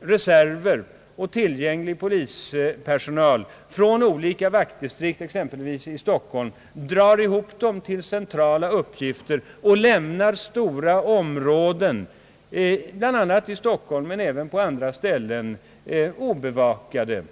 reserver och tillgänglig polispersonal från olika vaktdistrikt exempelvis i Stockholm, drar ihop dem till centrala uppgifter och lämnar stora områden obevakade inte bara i Stockholm, utan även på andra ställen i landet.